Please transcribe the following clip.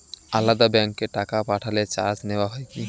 আলাদা ব্যাংকে টাকা পাঠালে চার্জ নেওয়া হয় কি?